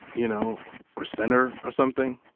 you know or center or something.